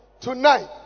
Tonight